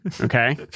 okay